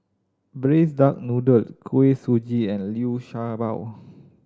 Braised Duck Noodle Kuih Suji and Liu Sha Bao